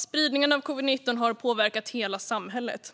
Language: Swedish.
Spridningen av covid-19 har påverkat hela samhället.